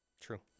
True